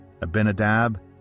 Abinadab